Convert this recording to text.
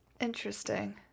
Interesting